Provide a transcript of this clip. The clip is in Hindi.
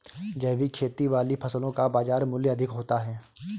जैविक खेती वाली फसलों का बाज़ार मूल्य अधिक होता है